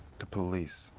the police,